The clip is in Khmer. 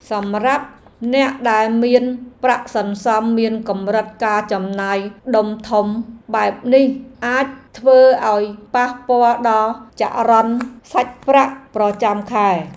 សម្រាប់អ្នកដែលមានប្រាក់សន្សំមានកម្រិតការចំណាយដុំធំបែបនេះអាចធ្វើឱ្យប៉ះពាល់ដល់ចរន្តសាច់ប្រាក់ប្រចាំខែ។